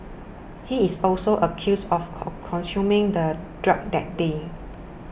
he is also accused of con consuming the drug that day